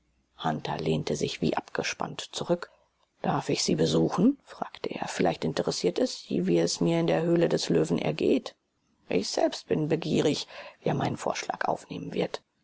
hunter lehnte sich wie abgespannt zurück darf ich sie besuchen fragte er vielleicht interessiert es sie wie es mir in der höhle des löwen ergeht ich selbst bin begierig wie er meinen vorschlag aufnehmen wird